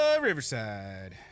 Riverside